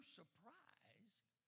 surprised